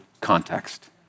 context